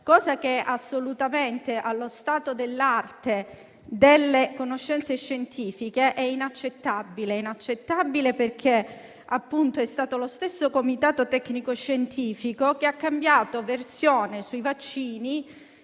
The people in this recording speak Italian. cosa che assolutamente, allo stato dell'arte delle conoscenze scientifiche, è inaccettabile. È inaccettabile perché è stato lo stesso Comitato tecnico-scientifico a cambiare versione sui vaccini